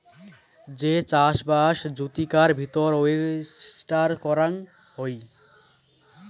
যে চাষবাস জুচিকার ভিতর ওয়েস্টার করাং হই